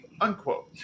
Unquote